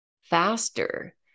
faster